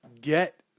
get